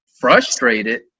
frustrated